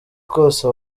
kose